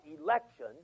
election